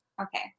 Okay